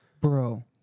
Bro